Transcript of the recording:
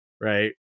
right